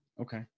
okay